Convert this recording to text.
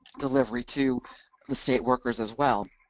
delivery to the state workers as well.